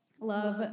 love